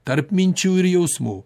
tarp minčių ir jausmų